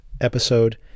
episode